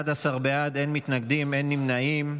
11 בעד, אין מתנגדים, אין נמנעים.